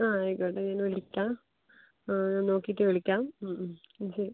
ആ ആയിക്കോട്ടെ ഞാൻ വിളിക്കാം ആ ഞാൻ നോക്കീട്ട് വിളിക്കാം ശരി